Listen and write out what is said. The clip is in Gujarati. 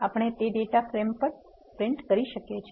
આપણે તે ડેટા ફ્રેમ પણ છાપી શકીએ છીએ